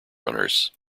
runners